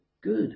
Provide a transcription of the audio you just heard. good